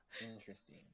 interesting